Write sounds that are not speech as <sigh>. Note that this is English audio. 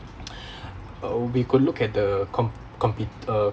<noise> <breath> uh we could look at the comp~ compete~ uh